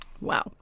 Wow